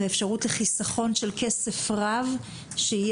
אנחנו רואים בה אפשרות לחיסכון של כסף רב שיכול והיה